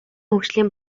хөгжлийн